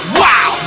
wow